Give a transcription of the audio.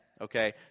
okay